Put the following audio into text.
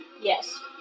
Yes